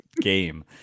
game